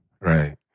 Right